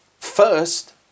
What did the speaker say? First